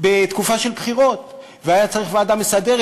בתקופה של בחירות והיה צריך ועדה מסדרת.